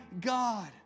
God